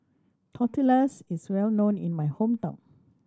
tortillas is well known in my hometown